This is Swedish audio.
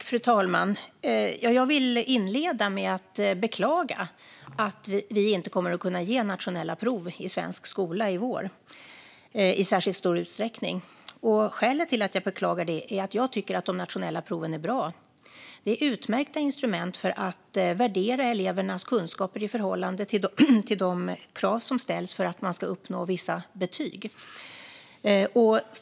Fru talman! Låt mig inleda med att beklaga att det inte kommer att ges nationella prov i svensk skola i vår. Skälet till att jag beklagar det är att jag tycker att de nationella proven är bra. De är utmärkta instrument för att värdera elevernas kunskaper i förhållande till de krav som ställs för att man ska uppnå vissa betyg.